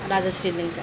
Rajashree Lenka